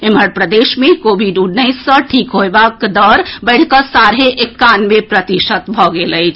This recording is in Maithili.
एम्हर प्रदेश मे कोविड उन्नैस सँ ठीक होयबाक दर बढ़िकऽ साढ़े एकानवे प्रतिशत भऽ गेल अछि